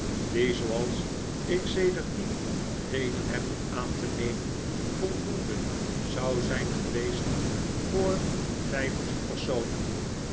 die zooals ik sedertdien reden heb om aan te nemen voldoende zou zijn geweest voor david copper field vijftien personen